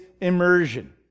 immersion